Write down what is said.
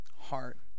heart